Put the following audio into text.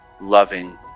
loving